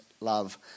love